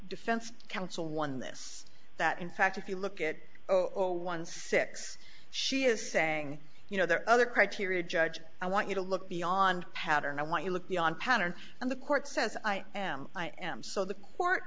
defense counsel won this that in fact if you look at zero or one six she is saying you know there are other criteria judge i want you to look beyond pattern i want to look beyond pattern and the court says i am i am so the court